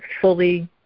fully